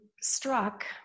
struck